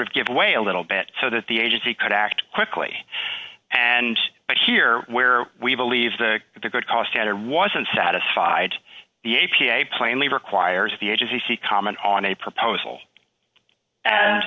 of give way a little bit so that the agency could act quickly and but here where we believe the it's a good cause standard wasn't satisfied the a p a plainly requires the agency comment on a proposal